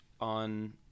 on